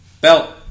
Belt